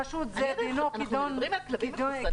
חשוד זה --- אנחנו מדברים על כלבים מחוסנים.